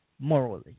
morally